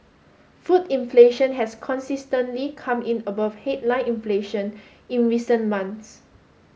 food inflation has consistently come in above headline inflation in recent months